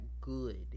good